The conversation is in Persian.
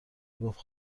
گفت